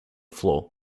floor